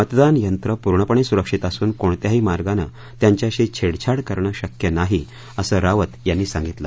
मतदान यंत्रं पूर्णपणे सुरक्षित असून कोणत्याही मार्गानं त्यांच्याशी छेडछाड करणं शक्य नाही असं रावत यांनी सांगितलं